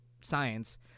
science